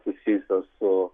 susijusios su